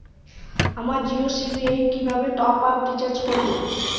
আমার জিও সিম এ কিভাবে টপ আপ রিচার্জ করবো?